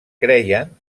creien